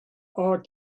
are